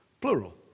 plural